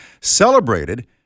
celebrated